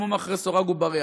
מקומו מאחורי סורג ובריח.